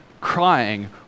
crying